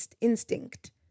instinct